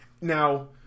Now